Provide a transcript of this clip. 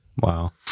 Wow